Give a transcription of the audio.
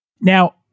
Now